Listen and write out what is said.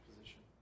position